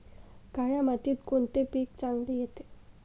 काळ्या मातीत कोणते पीक चांगले येते?